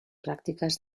prácticas